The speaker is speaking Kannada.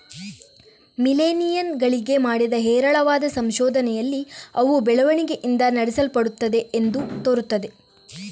ಮಿಲೇನಿಯಲ್ ಗಳಿಗೆ ಮಾಡಿದ ಹೇರಳವಾದ ಸಂಶೋಧನೆಯಲ್ಲಿ ಅವು ಬೆಳವಣಿಗೆಯಿಂದ ನಡೆಸಲ್ಪಡುತ್ತವೆ ಎಂದು ತೋರುತ್ತದೆ